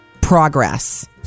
progress